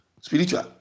spiritual